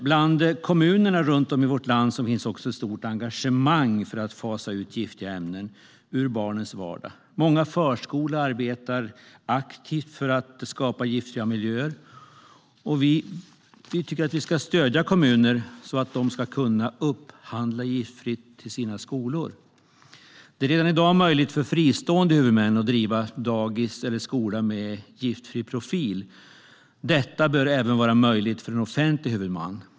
Bland kommunerna runt om i vårt land finns också ett stort engagemang för att fasa ut giftiga ämnen ur barnens vardag. Många förskolor arbetar aktivt för att skapa giftfria miljöer. Vi tycker att vi ska stödja kommunerna så att de ska kunna upphandla giftfritt till sina förskolor. Det är redan i dag möjligt för fristående huvudmän att driva dagis eller skola med giftfri profil. Detta bör även vara möjligt för offentliga huvudmän.